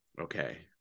okay